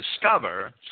discover